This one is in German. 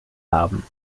haben